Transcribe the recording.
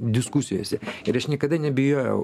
diskusijose ir aš niekada nebijojau